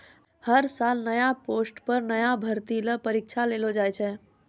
हर साल नया पोस्ट पर नया भर्ती ल परीक्षा लेलो जाय छै